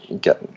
get